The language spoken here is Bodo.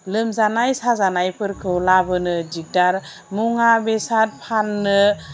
लोमजानाय साजानायफोरखौ लाबोनो दिगदार मुङा बेसाद फान्नो